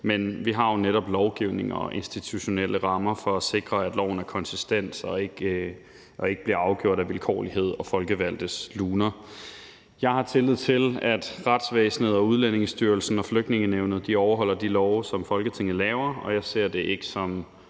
men vi har jo netop lovgivning og institutionelle rammer for at sikre, at det er konsistent og det ikke bliver afgjort af vilkårlighed og folkevalgtes luner. Jeg har tillid til, at retsvæsenet og Udlændingestyrelsen og Flygtningenævnet overholder de love, som Folketinget laver, og jeg ser det ikke som